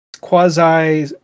quasi